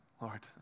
Lord